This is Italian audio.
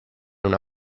una